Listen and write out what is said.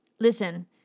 Listen